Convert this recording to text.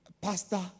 pastor